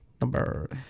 number